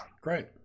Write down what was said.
Great